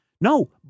no